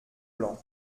blanc